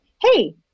Hey